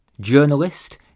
journalist